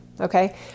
Okay